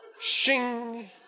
Shing